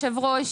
כבוד היושב-ראש,